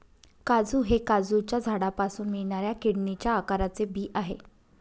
काजू हे काजूच्या झाडापासून मिळणाऱ्या किडनीच्या आकाराचे बी आहे